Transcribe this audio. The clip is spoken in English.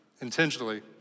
intentionally